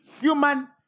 human